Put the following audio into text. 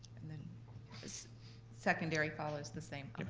and then this secondary follows the same.